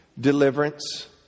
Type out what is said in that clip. deliverance